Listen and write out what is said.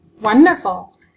Wonderful